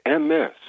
MS